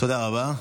תודה רבה.